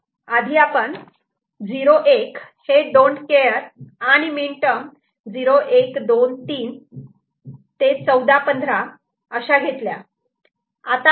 आधी आपण 0 1 हे डोंटकेअर don't care आणि मीन टर्म 0 1 2 3 ते 14 15 अशा घेतल्या